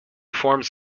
forms